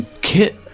kit